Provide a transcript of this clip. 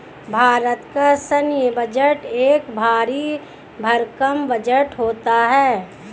भारत का सैन्य बजट एक भरी भरकम बजट होता है